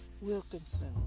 Wilkinson